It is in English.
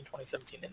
2017